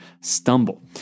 stumble